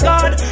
God